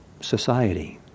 society